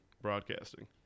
broadcasting